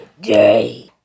day